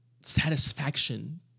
satisfaction